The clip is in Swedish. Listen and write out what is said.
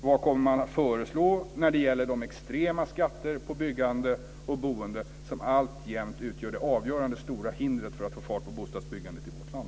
Vad kommer man att föreslå när det gäller de extrema skatter på byggande och boende som alltjämt utgör det avgörande stora hindret för att man ska få fart på bostadsbyggandet i vårt land?